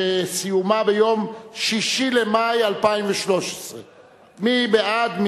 שסיומה ביום 6 במאי 2013. מי בעד?